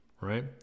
right